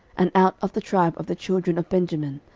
and out of the tribe of the children of benjamin,